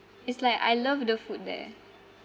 is like I love the food there